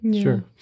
Sure